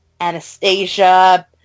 Anastasia